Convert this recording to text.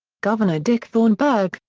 governor dick thornburgh,